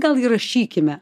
gal įrašykime